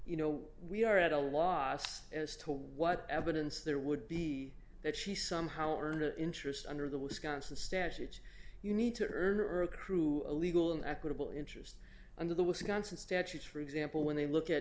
you know we are at a loss as to what evidence there would be that she somehow earned the interest under the wisconsin statutes you need to irk crew a legal an equitable interest under the wisconsin statutes for example when they look at